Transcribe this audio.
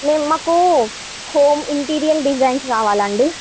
మేము మాకు home interior designs కావాలండి